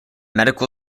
medical